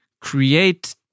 create